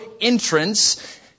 entrance